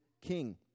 king